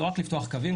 לא רק לפתוח קווים,